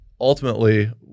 ultimately